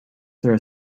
throw